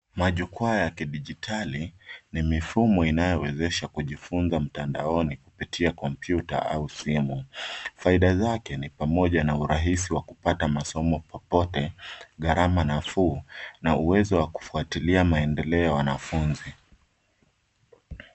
Majukwaa ya kidijitali ni mifumo inayowezesha kujifunza mtandaoni kupitia kompyuta au simu. Faida zake ni pamoja na urahisi wa kupata masomo popote, gharama nafuu na uwezo wa kufuatilia maendeleo ya wanafunzi.